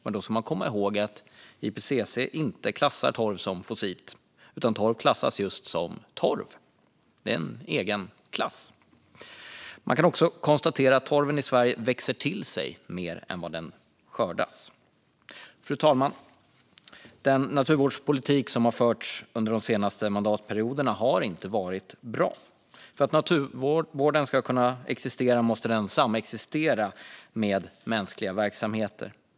Men då ska man komma ihåg att IPCC inte klassar torv som fossilt, utan torv klassas som just torv. Det är en egen klass. Man kan också konstatera att torven i Sverige växer till sig. Det blir alltså mer än vad som skördas. Fru talman! Den naturvårdspolitik som förts de senaste mandatperioderna har inte varit bra. För att naturvården ska kunna existera måste den samexistera med mänskliga verksamheter.